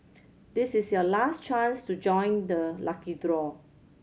this is your last chance to join the lucky draw